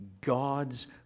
God's